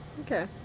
Okay